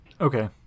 Okay